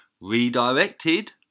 redirected